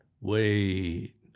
Wait